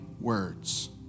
words